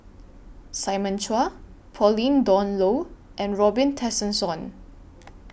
Simon Chua Pauline Dawn Loh and Robin Tessensohn